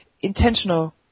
intentional